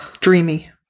dreamy